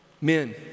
men